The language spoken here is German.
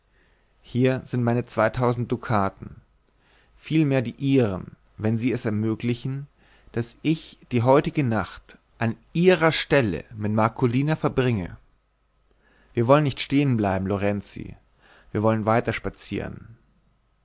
hier sind meine zweitausend dukaten vielmehr die ihren wenn sie es ermöglichen daß ich die heutige nacht an ihrer stelle mit marcolina verbringe wir wollen nicht stehenbleiben lorenzi wir wollen